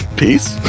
peace